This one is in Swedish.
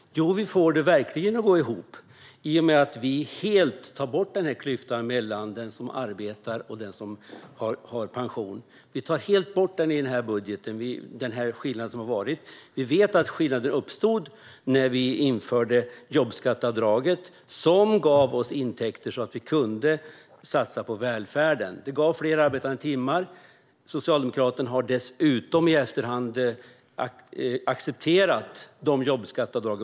Fru talman! Jo, vi får det verkligen att gå ihop. Vi tar bort klyftan helt mellan den som arbetar och den som har pension. Den skillnad som har funnits tar vi bort i vårt budgetförslag. Vi vet att skillnaden uppstod när vi införde jobbskatteavdraget, som gav oss intäkter så att vi kunde satsa på välfärden. Det gav fler arbetade timmar. Socialdemokraterna har dessutom i efterhand accepterat dessa jobbskatteavdrag.